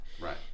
Right